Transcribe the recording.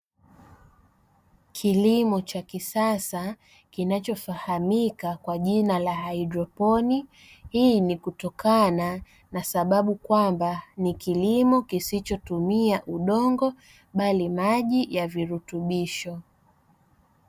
Kilimo chha kisasa kinachofahamika kwa haidroponi, hii ni kutokana kwamba ni sababu ni kilimo kisichotumia udongo bali maji ya virutubisho.